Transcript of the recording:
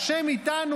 "ה' אתנו,